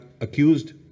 accused